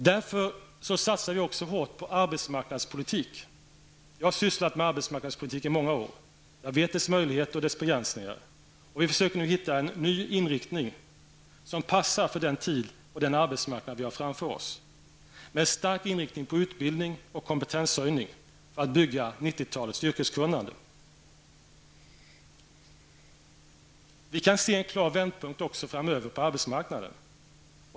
Därför satsar vi också så hårt på arbetsmarknadspolitiken. Jag har sysslat med arbetsmarknadspolitiken i mångar år, och jag vet dess möjligheter och begränsningar. Vi försöker att nu hitta en ny inriktning som passar för den tid och den arbetsmarknad som vi har framför oss, med stark inrikning på utbildning och kompetenshöjning för att bygga upp 90-talets yrkeskunnande. Vi kan se en klar vändpunkt också framför oss på arbetsmarknaden.